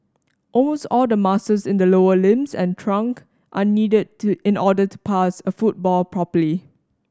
almost all the muscles in the lower limbs and trunk are needed to in order to pass a football properly